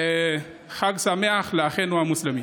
גם לאחל חג שמח לאחינו המוסלמים,